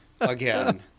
again